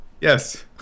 Yes